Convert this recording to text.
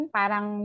parang